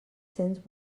cents